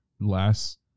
last